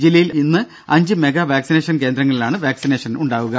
ജില്ലയിൽ ഇന്ന് അഞ്ച് മെഗാ വാക്സിനേഷൻ കേന്ദ്രങ്ങളിലാണ് വാക്സിനേഷൻ ഉണ്ടാവുക